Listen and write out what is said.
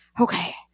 Okay